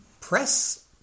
press